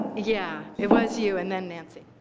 yeah, it was you and then nancy.